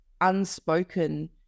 unspoken